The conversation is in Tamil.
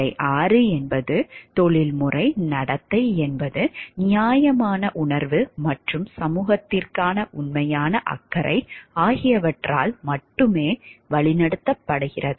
நிலை 6 என்பது தொழில்முறை நடத்தை என்பது நியாயமான உணர்வு மற்றும் சமூகத்திற்கான உண்மையான அக்கறை ஆகியவற்றால் மட்டுமே வழிநடத்தப்படுகிறது